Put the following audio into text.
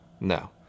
No